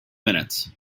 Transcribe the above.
minutes